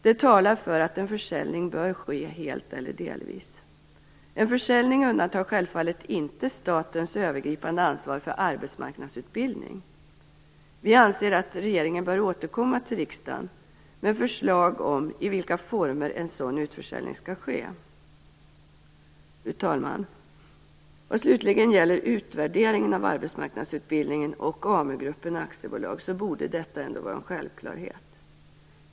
Det talar för att en försäljning bör ske helt eller delvis. En försäljning undantar självfallet inte statens övergripande ansvar för arbetsmarknadsutbildning. Vi anser att regeringen bör återkomma till riksdagen med förslag om i vilka former en sådan utförsäljning skall ske. Fru talman! Vad slutligen gäller utvärderingen av arbetsmarknadsutbildningen och AmuGruppen AB så borde detta ändå vara en självklarhet.